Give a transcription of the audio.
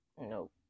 Nope